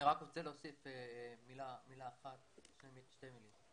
אני רוצה להוסיף מילה אחת ואולי שתי מילים.